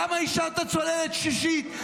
למה אישרת צוללת שישית?